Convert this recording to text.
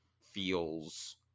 feels